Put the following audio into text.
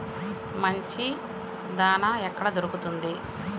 మంచి దాణా ఎక్కడ దొరుకుతుంది?